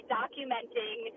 documenting